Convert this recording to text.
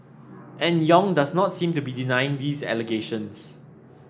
and Yong does not seem to be denying these allegations